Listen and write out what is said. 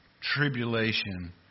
tribulation